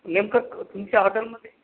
नेमकं तुमच्या हॉटेलमध्ये